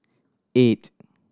eight